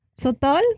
Sotol